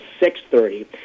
6:30